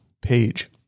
page